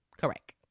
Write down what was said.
Correct